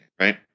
right